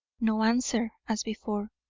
no answer, as before.